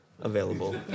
Available